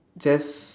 just